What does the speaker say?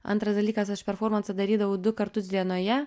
antras dalykas aš performansą darydavau du kartus dienoje